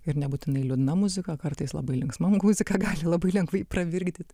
ir nebūtinai liūdna muzika kartais labai linksma muzika gali labai lengvai pravirkdyt